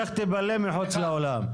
לך תבלה מחוץ לאולם.